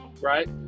right